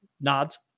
nods